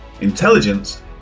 Intelligence